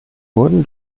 wurden